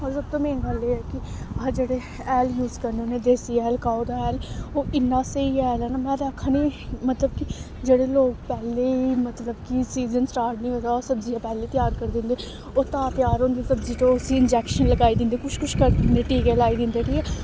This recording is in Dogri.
ओह् सब तू मेन गल्ल एह् ऐ कि अस जेह्ड़े हैल यूज करने होन्ने देसी हैल काऊ दा हैल ओह् इन्ना स्हेई हैल ऐ ना में ते आक्खा नी मतलब कि जेह्ड़े लोक पैह्लें मतलब कि सीज़न स्टार्ट निं होए दा ओह् सब्जियां पैह्ले त्यार करी दिंदे ओह् तां त्यार होंदी सब्जी उसी इंजैक्शन लगाई दिंदे कुछ कुछ करी दिंदे टीके लाई दिंदे ठीक ऐ